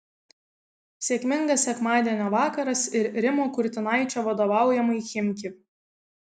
sėkmingas sekmadienio vakaras ir rimo kurtinaičio vadovaujamai chimki